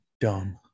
Dumb